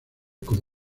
como